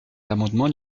l’amendement